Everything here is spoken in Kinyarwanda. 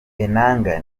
enanga